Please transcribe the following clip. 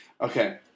Okay